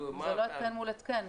זה לא התקן מול התקן.